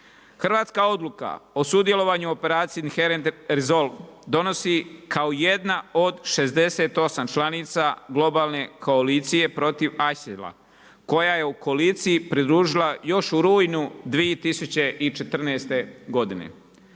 Hrvatska odluka o sudjelovanju operacije …/Govornik se ne razumije./… donosi kao jedna od 68 članica globalne koalicije protiv ISIL-a, koja je u koaliciji pridružila još u rujnu 2014. godine.